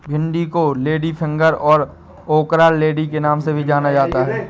भिन्डी को लेडीफिंगर और ओकरालेडी के नाम से भी जाना जाता है